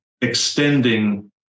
extending